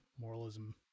moralism